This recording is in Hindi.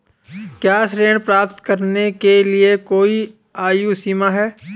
क्या ऋण प्राप्त करने के लिए कोई आयु सीमा है?